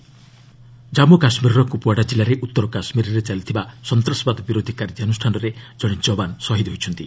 JK gunfight Jammu କାଶ୍ମୀରର କୁପ୍ୱାଡ଼ା ଜିଲ୍ଲାରେ ଉତ୍ତର କାଶ୍ମୀରରେ ଚାଲିଥିବା ସନ୍ତାସବାଦ ବିରୋଧ୍ୟ କାର୍ଯ୍ୟାନ୍ରଷ୍ଠାନରେ ଜଣେ ଯବାନ ଶହୀଦ୍ ହୋଇଛନ୍ତି